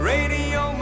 Radio